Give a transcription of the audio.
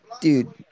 Dude